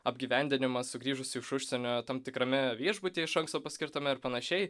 apgyvendinimas sugrįžus iš užsienio tam tikrame viešbutyje iš anksto paskirtame ir panašiai